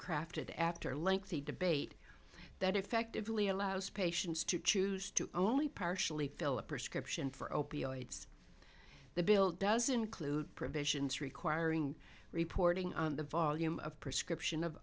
crafted after lengthy debate that effectively allows patients to choose to only partially fill a prescription for opioids the bill does include provisions requiring reporting on the volume of prescription of